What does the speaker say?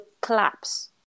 collapse